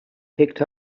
picked